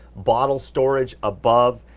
bottle storage above